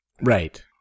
Right